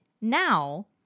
now